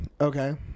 Okay